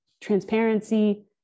transparency